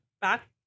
back